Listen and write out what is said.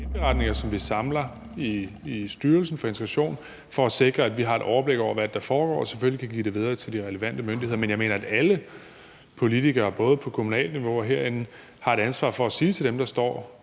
vi indberetninger, som vi samler i Styrelsen for Integration og International Rekruttering for at sikre, at vi har et overblik over, hvad der foregår, og selvfølgelig kan give det videre til de relevante myndigheder. Men jeg mener, at alle politikere, både på kommunalt niveau og herinde, har et ansvar for at sige til dem, der står